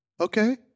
Okay